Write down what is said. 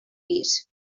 pis